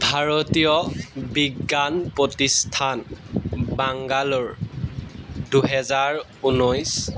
ভাৰতীয় বিজ্ঞান প্ৰতিষ্ঠান বাংগালোৰ দুহেজাৰ ঊনৈছ